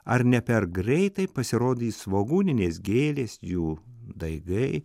ar ne per greitai pasirodys svogūninės gėlės jų daigai